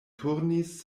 turnis